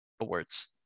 awards